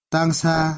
Tangsa